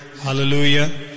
Hallelujah